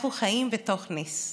אנחנו חיים בתוך נס.